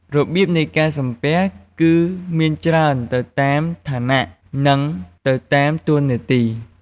របៀបនៃការសំពះគឺមានច្រើនទៅតាមឋានៈនិងទៅតាមតួនាទី។